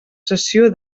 cessió